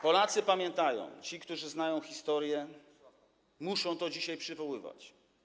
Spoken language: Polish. Polacy pamiętają, ci, którzy znają historię, muszą to dzisiaj przywoływać.